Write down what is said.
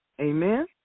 Amen